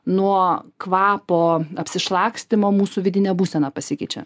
nuo kvapo apsišlakstymo mūsų vidinė būsena pasikeičia